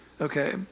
Okay